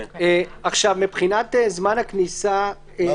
מבחינת זמן הכניסה --- גור,